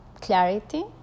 clarity